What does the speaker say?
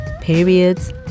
periods